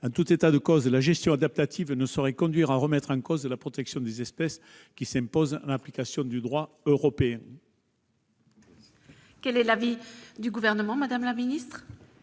En tout état de cause, la gestion adaptative ne saurait conduire à remettre en cause la protection des espèces qui s'impose, en application du droit européen. La commission émet donc un avis